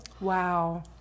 Wow